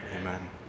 Amen